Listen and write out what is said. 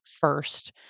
first